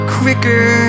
quicker